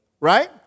right